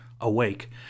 awake